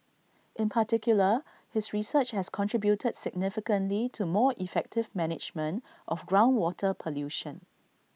in particular his research has contributed significantly to more effective management of groundwater pollution